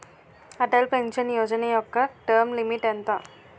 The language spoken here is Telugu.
అటల్ పెన్షన్ యోజన యెక్క టర్మ్ లిమిట్ ఎంత?